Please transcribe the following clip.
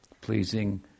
pleasing